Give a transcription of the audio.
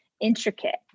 intricate